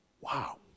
Wow